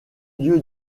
dieu